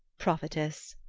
prophetess.